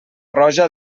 roja